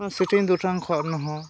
sitting ᱫᱩᱴᱟᱝ ᱠᱷᱚᱱᱦᱚᱸ